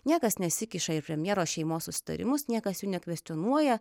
niekas nesikiša į premjero šeimos susitarimus niekas jų nekvestionuoja